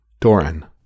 Doran